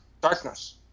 Darkness